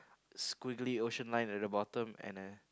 squiggly ocean line at the bottom